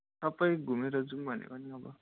सबै घुमेर जाउँ भनेको नि अब